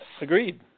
agreed